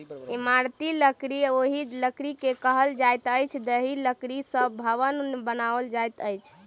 इमारती लकड़ी ओहि लकड़ी के कहल जाइत अछि जाहि लकड़ी सॅ भवन बनाओल जाइत अछि